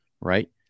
right